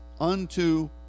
unto